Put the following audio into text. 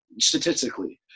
statistically